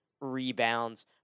rebounds